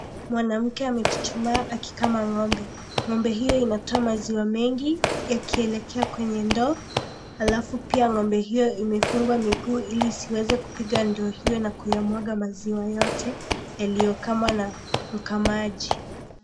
Mwanamke anachuchumaa akikama ng'ombe. Ng'ombe hiyo inatoa maziwa mengi yakielekea kwenye ndoo, halafu pia ng'ombe hiyo imefungwa miguu ili isiweze kupiga ndoo hiyo na kuyamwaga maziwa yote yaliyokamwa na mkamaji.